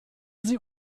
sie